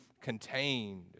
contained